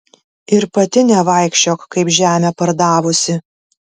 ir pati nevaikščiok kaip žemę pardavusi